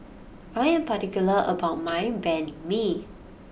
I am particular about my Banh Mi